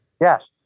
Yes